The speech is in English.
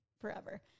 forever